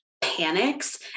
panics